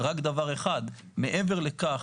רק דבר אחד מעבר לכך,